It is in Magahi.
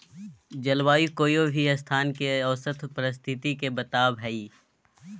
जलवायु कोय भी स्थान के औसत परिस्थिति के बताव हई